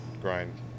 grind